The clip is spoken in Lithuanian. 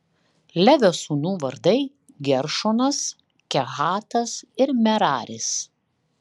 levio sūnų vardai geršonas kehatas ir meraris